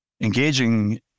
engaging